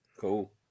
Cool